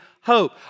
hope